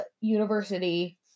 university